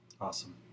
Awesome